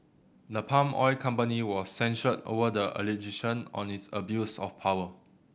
the palm oil company was censured over the allegation on its abuse of power